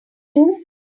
too